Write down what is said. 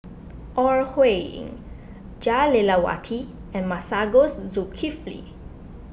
Ore Huiying Jah Lelawati and Masagos Zulkifli